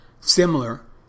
similar